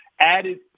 added